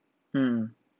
mm